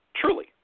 truly